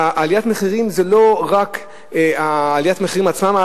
עליית המחירים אינה רק עליית המחירים עצמם,